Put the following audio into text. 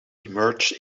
emerge